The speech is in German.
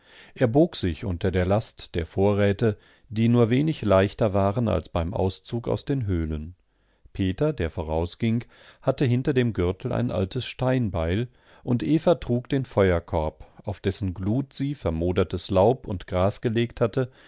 er bog sich unter der last der vorräte die nur wenig leichter waren als beim auszug aus den höhlen peter der vorausging hatte hinter dem gürtel ein altes steinbeil und eva trug den feuerkorb auf dessen glut sie vermodertes laub und gras gelegt hatte